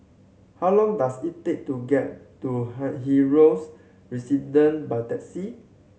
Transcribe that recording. how long does it take to get to Helios Residence by taxi